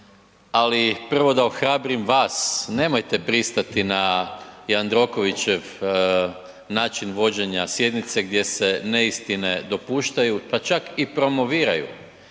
ali prvo da ohrabrim vas, nemojte pristati na Jandrokovićev način vođenja sjednice gdje se neistine dopuštaju pa čak i promoviraju